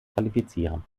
qualifizieren